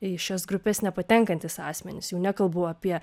į šias grupes nepatenkantys asmenys jau nekalbu apie